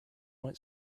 went